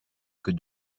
que